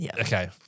okay